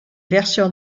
version